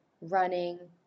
running